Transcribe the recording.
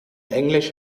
englisch